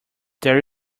there